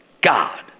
God